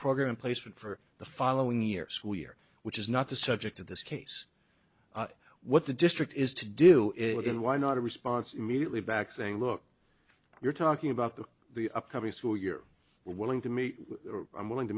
program placement for the following year school year which is not the subject of this case what the district is to do it and why not a response immediately back saying look we're talking about the the upcoming school year we're willing to meet i'm willing to